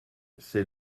c’est